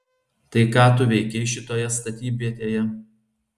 tai ką tu veikei šitoje statybvietėje